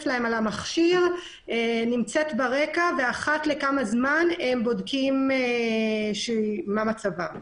במכשיר שלהם ואחת לכמה זמן הם בודקים מה מצבה.